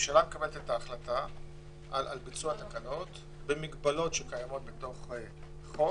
הממשלה מקבלת את ההחלטה על ביצוע התקנות במגבלות שקיימות בתוך החוק.